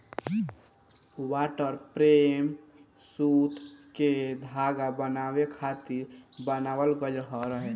water frame सूत के धागा बनावे खातिर बनावल गइल रहे